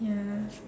ya